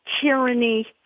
tyranny